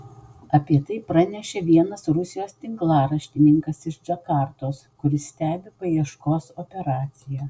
apie tai pranešė vienas rusijos tinklaraštininkas iš džakartos kuris stebi paieškos operaciją